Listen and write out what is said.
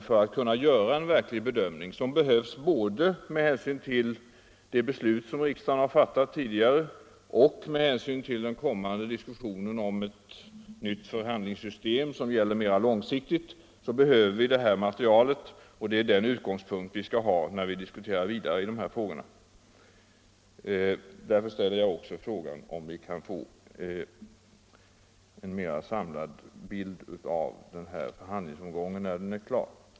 För att kunna göra en verklig bedömning, som behövs både med hänsyn till det beslut som riksdagen tidigare fattat och med hänsyn till den kommande diskussionen om ett nytt förhandlingssystem som skall gälla på längre sikt, är det viktigt att vi får ett samlat material för bedömning. Det är den utgångspunkt vi skall ha när vi diskuterar vidare i de här frågorna. Därför måste vi få en mera samlad bild av förhandlingsomgången när den är klar.